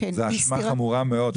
זו האשמה חמורה מאוד.